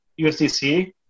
USDC